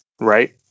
right